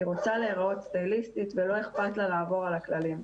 היא רוצה להיראות פליליסטית ולא אכפת לה לעבור על הכללים.